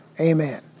Amen